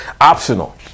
optional